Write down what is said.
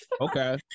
okay